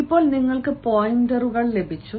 ഇപ്പോൾ നിങ്ങൾക്ക് പോയിന്ററുകൾ ലഭിച്ചു